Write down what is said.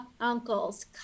uncles